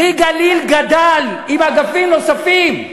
"פרי הגליל" גדל, עם אגפים נוספים.